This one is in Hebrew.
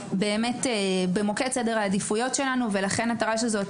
זה במוקד סדר העדיפויות שלנו ולכן התר"ש הזאת